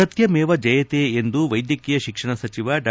ಸತ್ತಮೇವ ಜಯತೇ ಎಂದು ವೈದ್ಯಕೀಯ ಶಿಕ್ಷಣ ಸಚಿವ ಡಾ